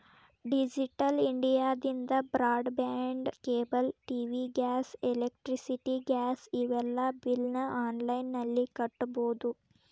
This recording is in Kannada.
ಡಿಜಿಟಲ್ ಇಂಡಿಯಾದಿಂದ broadband cable TV gas electricity gas ಇವೆಲ್ಲಾ ಬಿಲ್ನ ಆನ್ಲೈನ್ ನಲ್ಲಿ ಕಟ್ಟಬೊದು